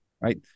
right